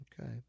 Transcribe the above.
Okay